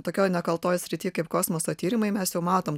tokioj nekaltoj srity kaip kosmoso tyrimai mes jau matom